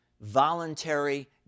voluntary